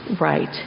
right